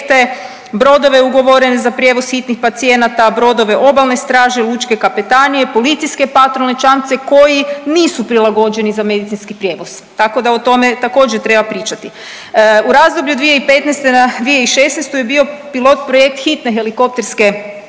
brodove ugovorene za prijevoz hitnih pacijenata, brodove obalne straže lučke kapetanije, policijske patrolne čamce koji nisu prilagođeni za medicinski prijevoz tako da o tome također treba pričati. U razdoblje 2015. na 2016. je bio pilot projekt hitne helikopterske